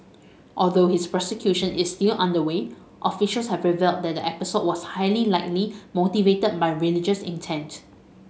although his prosecution is still underway officials have revealed that the episode was highly likely motivated by religious intent